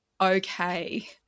okay